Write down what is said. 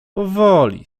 powoli